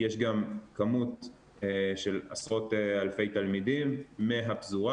יש גם כמות של עשרות אלפי תלמידים מהפזורה